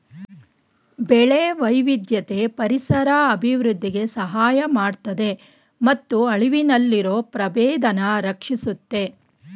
ಬೆಳೆ ವೈವಿಧ್ಯತೆ ಪರಿಸರ ಅಭಿವೃದ್ಧಿಗೆ ಸಹಾಯ ಮಾಡ್ತದೆ ಮತ್ತು ಅಳಿವಿನಲ್ಲಿರೊ ಪ್ರಭೇದನ ರಕ್ಷಿಸುತ್ತೆ